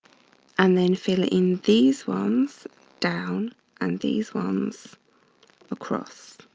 and then fill in these ones down and these ones across.